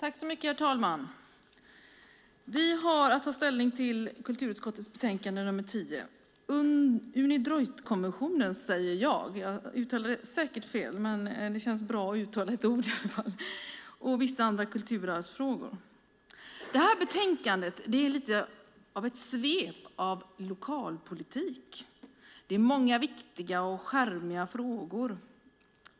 Herr talman! Vi har att ta ställning till kulturutskottets betänkande nr 10, Unidroit-konventionen och vissa andra kulturarvsfrågor. Betänkandet är ett svep över lokalpolitik. Det är många viktiga och charmiga frågor.